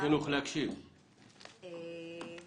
הערה